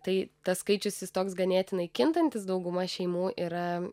tai tas skaičius jis toks ganėtinai kintantis dauguma šeimų yra